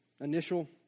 initial